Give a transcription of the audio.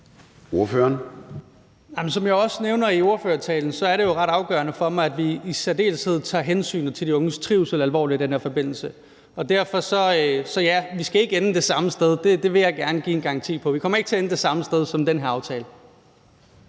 Som jeg også nævner i ordførertalen, er det jo ret afgørende for mig, at vi i særdeleshed tager hensynet til unges trivsel alvorligt i den her forbindelse, og derfor skal vi ikke ende det samme sted. Det vil jeg gerne give en garanti for. Vi kommer ikke til at ende det samme sted som den aftale.